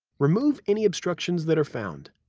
remove any obstructions that are found.